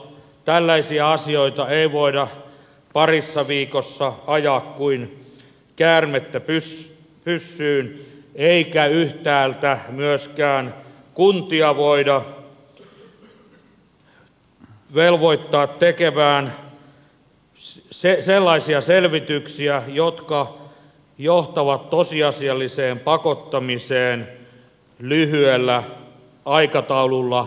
tällaisia asioita ei voida parissa viikossa ajaa kuin käärmettä pyssyyn eikä yhtäältä myöskään kuntia voida velvoittaa tekemään sellaisia selvityksiä jotka johtavat tosiasialliseen pakottamiseen lyhyellä aikataululla